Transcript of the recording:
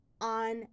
on